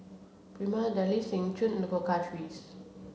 Prima Deli Seng Choon and the Cocoa Trees